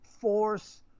force